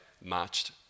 matched